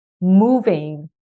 moving